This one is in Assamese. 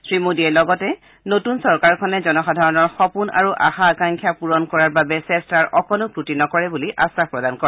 শ্ৰীমোদীয়ে লগতে নতুন চৰকাৰখনে জনসাধাৰণৰ সপোন আৰু আশা আকাংক্ষা পূৰণ কৰাৰ বাবে চেট্টাৰ অকণো ক্ৰটি নকৰে বুলি আধাস প্ৰদান কৰে